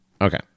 Okay